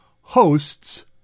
hosts